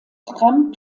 tram